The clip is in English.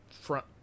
front